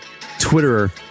Twitterer